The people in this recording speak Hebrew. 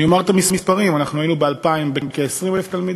אני אומר את המספרים: ב-2000 היו לנו כ-20,000 תלמידים,